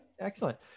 Excellent